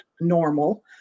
normal